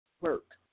work